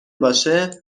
باشه